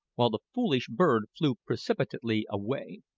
while the foolish bird flew precipitately away.